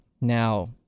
Now